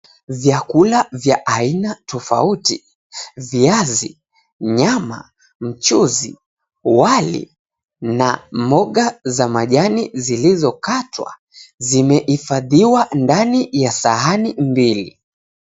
Vyakula vya aina tofauti, viazi, nyama, mchuzi, wali na mboga za majani zilizokatwa zimehifadhiwa ndani ya sahani mbili.